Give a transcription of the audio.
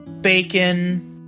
bacon